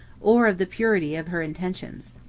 or of the purity of her intentions.